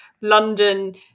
London